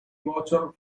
water